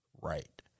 right